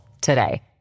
today